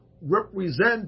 represent